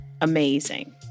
amazing